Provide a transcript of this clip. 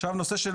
עכשיו, נושא אחר.